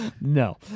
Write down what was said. No